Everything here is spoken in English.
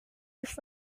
this